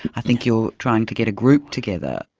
i think you're trying to get a group together.